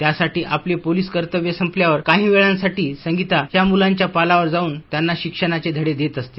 त्या साठी आपले पोलिसी कर्तव्य संपल्यावर काही वेळांसाठी संगीता या मूलांच्या पालावर जाऊन त्यांना शिक्षणाचे धडे देत असते